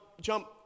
jump